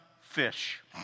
fish